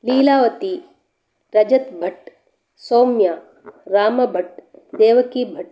Lilavati Rajat Bhat Saumya Ram Bhat Devaki Bhat